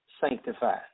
sanctified